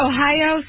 Ohio